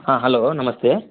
ಹಾಂ ಹಲೋ ನಮಸ್ತೆ